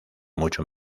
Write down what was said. mucho